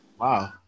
Wow